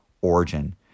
origin